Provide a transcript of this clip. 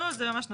לא, זה ממש לא.